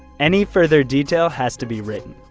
any further detail has to be written.